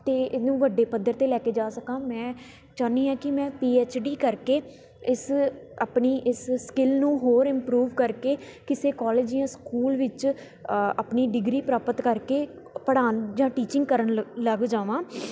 ਅਤੇ ਇਹਨੂੰ ਵੱਡੇ ਪੱਧਰ 'ਤੇ ਲੈ ਕੇ ਜਾ ਸਕਾਂ ਮੈਂ ਚਾਹੁੰਦੀ ਹਾਂ ਕਿ ਮੈਂ ਪੀ ਐੱਚ ਡੀ ਕਰਕੇ ਇਸ ਅਪਣੀ ਇਸ ਸਕਿੱਲ ਨੂੰ ਹੋਰ ਇੰਮਪਰੂਵ ਕਰਕੇ ਕਿਸੇ ਕੋਲਜ ਜਾਂ ਸਕੂਲ ਵਿੱਚ ਆਪਣੀ ਡਿਗਰੀ ਪ੍ਰਾਪਤ ਕਰਕੇ ਪੜ੍ਹਾਉਣ ਜਾਂ ਟੀਚਿੰਗ ਕਰਨ ਲ ਲੱਗ ਜਾਵਾਂ